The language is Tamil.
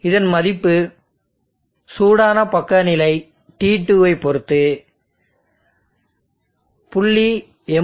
இதன் மதிப்பு சூடான பக்க வெப்பநிலை T2 வை பொறுத்து 0